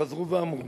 שחזרו ואמרו